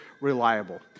reliable